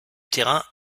terrain